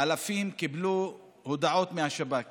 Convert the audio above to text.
אלפים קיבלו הודעות מהשב"כ